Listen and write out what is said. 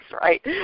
right